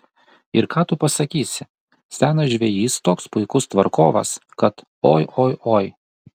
ir ką tu pasakysi senas žvejys toks puikus tvarkovas kad oi oi oi